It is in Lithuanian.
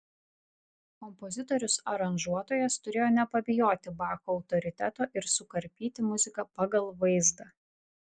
kompozitorius aranžuotojas turėjo nepabijoti bacho autoriteto ir sukarpyti muziką pagal vaizdą